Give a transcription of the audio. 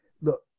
look